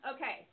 Okay